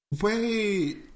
Wait